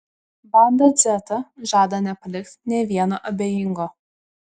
banda dzeta žada nepalikti nė vieno abejingo